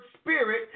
spirit